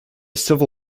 civil